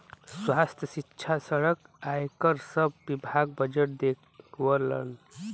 स्वास्थ्य, सिक्षा, सड़क, आयकर सब विभाग बजट देवलन